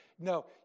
No